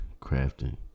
crafting